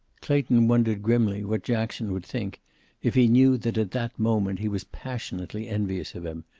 clayton wondered grimly what jackson would think if he knew that at that moment he was passionately envious of him,